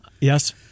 Yes